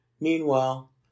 Meanwhile